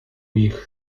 ich